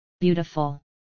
Beautiful